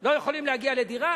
לא יכולים להגיע לדירה.